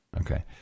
Okay